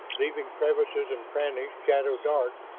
leaving crevices and crannies shadow dark,